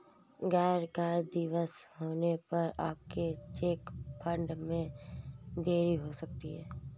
गैर कार्य दिवस होने पर आपके चेक फंड में देरी हो सकती है